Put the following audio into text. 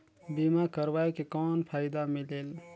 बीमा करवाय के कौन फाइदा मिलेल?